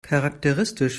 charakteristisch